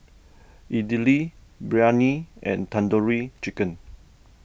Idili Biryani and Tandoori Chicken